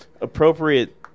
appropriate